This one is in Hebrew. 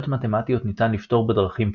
מתמטיות ניתן לפתור בדרכים פשוטות.